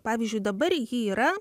pavyzdžiui dabar ji yra